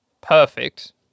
perfect